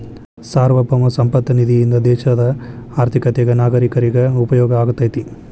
ಸಾರ್ವಭೌಮ ಸಂಪತ್ತ ನಿಧಿಯಿಂದ ದೇಶದ ಆರ್ಥಿಕತೆಗ ನಾಗರೇಕರಿಗ ಉಪಯೋಗ ಆಗತೈತಿ